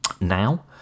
Now